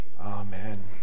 Amen